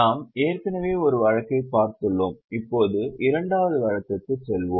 நாம் ஏற்கனவே ஒரு வழக்கை பார்த்துள்ளோம் இப்போது இரண்டாவது வழக்குக்கு செல்வோம்